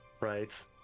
right